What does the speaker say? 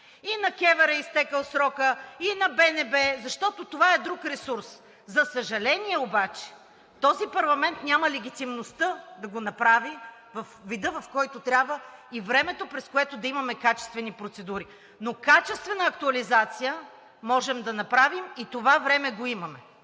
и на КЕВР е изтекъл срокът, и на БНБ. Защото това е друг ресурс. За съжаление, този парламент обаче няма легитимността да го направи във вида, в който трябва, и времето, през което да имаме качествени процедури, но качествена актуализация можем да направим и това време го имаме.